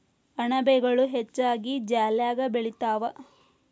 ಅಣಬೆಗಳು ಹೆಚ್ಚಾಗಿ ಜಾಲ್ಯಾಗ ಬೆಳಿತಾವ